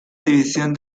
división